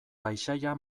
paisaia